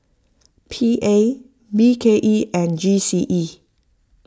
P A B K E and G C E